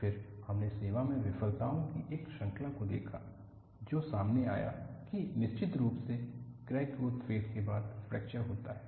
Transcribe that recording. फिर हमने सेवा में विफलताओं की एक श्रृंखला को देखा तो सामने आया की निश्चित रूप से क्रैक ग्रोथ फेज के बाद फ्रैक्चर होता है